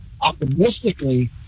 optimistically